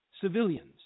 civilians